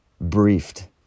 briefed